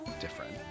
Different